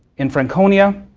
infraconia,